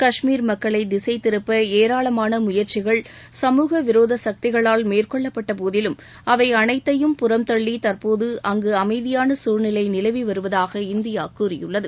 காஷ்மீர் மக்களை திசைதிருப்ப ஏராளமான முயற்சிகள் சமூக விரோத சக்திகளால் மேற்கொள்ளப்பட்ட போதிலும் அவை அனைத்தையும் புறம் தள்ளி தற்போது அங்கு அமைதியாள சூழ்நிலை நிலவி வருவதாக இந்தியா கூறியுள்ளது